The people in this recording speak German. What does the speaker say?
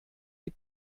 die